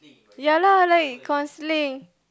ya lah like counselling